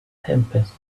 happens